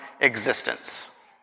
existence